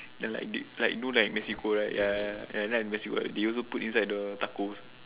ya like you know like Mexico right ya I like Mexico they also put inside the tacos